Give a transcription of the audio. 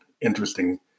interesting